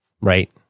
Right